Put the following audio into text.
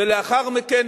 ולאחר מכן,